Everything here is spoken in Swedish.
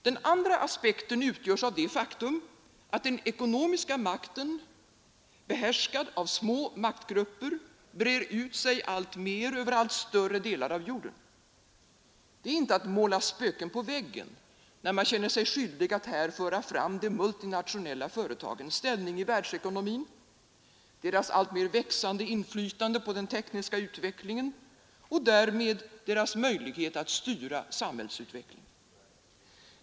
Den andra aspekten utgörs av det faktum att den ekonomiska makten, behärskad av små maktgrupper, brer ut sig alltmer över allt större delar av jorden. Det är inte att måla spöken på väggen, när man känner sig skyldig att här föra fram de multinationella företagens ställning i världsekonomin, deras alltmer växande inflytande på den tekniska utvecklingen och därmed deras möjlighet att styra samhällsutvecklingen.